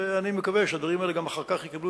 ואני מקווה שהדברים האלה אחר כך יקבלו